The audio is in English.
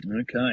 Okay